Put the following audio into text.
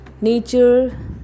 Nature